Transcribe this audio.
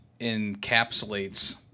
encapsulates